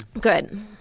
Good